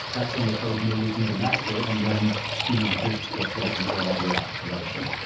that's when the code merges into master and then you know the bits gets built and f low all the way out into production.